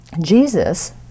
Jesus